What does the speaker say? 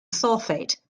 sulfate